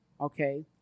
okay